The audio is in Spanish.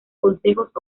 concejos